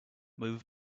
move